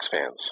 fans